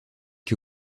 que